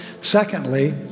Secondly